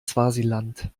swasiland